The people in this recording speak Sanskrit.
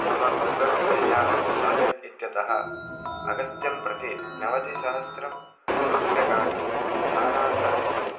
मम गूगल् पे याप् वालेट् इत्यतः अगस्त्यं प्रति नवतिसहस्रं रूप्यकाणि स्थानान्तरं कुरु